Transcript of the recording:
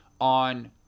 on